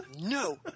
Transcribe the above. No